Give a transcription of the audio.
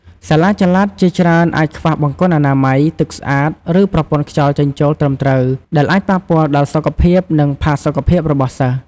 សាលាចល័តជាច្រើនអាចខ្វះបង្គន់អនាម័យ ទឹកស្អាត ឬប្រព័ន្ធខ្យល់ចេញចូលត្រឹមត្រូវ ដែលអាចប៉ះពាល់ដល់សុខភាព និងផាសុកភាពរបស់សិស្ស។